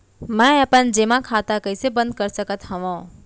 मै अपन जेमा खाता कइसे बन्द कर सकत हओं?